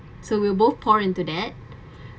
so we'll both pour into that